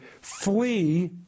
flee